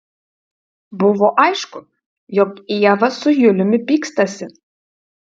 buvo aišku jog ieva su juliumi pykstasi